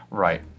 Right